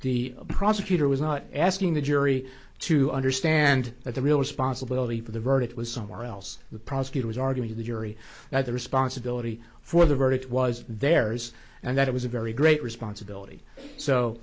the prosecutor was not asking the jury to understand that the real responsibility for the verdict was somewhere else the prosecutor was arguing to the jury that the responsibility for the verdict was theirs and that it was a very great responsibility so